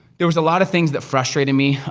there was a lot of things that frustrated me.